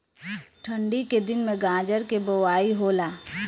ठन्डी के दिन में गाजर के बोआई होला